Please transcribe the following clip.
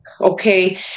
Okay